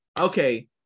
okay